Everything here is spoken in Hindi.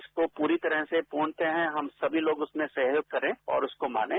इसको पूरी तरह से पूर्णतरू हम सभी लोग उसमें सहयोग करें और उसको मानें